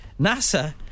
NASA